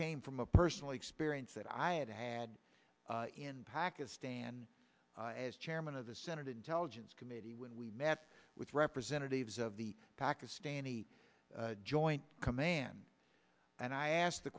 from a personal experience that i had had in pakistan as chairman of the senate intelligence committee when we met with representatives of the pakistani joint command and i asked the